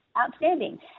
Outstanding